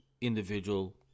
individual